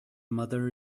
mother